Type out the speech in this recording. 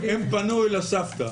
הם פנו לסבתא.